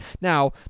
Now